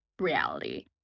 reality